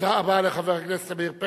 תודה רבה לחבר הכנסת עמיר פרץ.